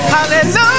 Hallelujah